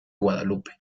guadalupe